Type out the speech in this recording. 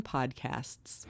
Podcasts